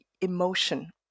emotion